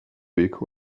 week